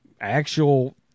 actual